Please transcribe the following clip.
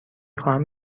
خواهم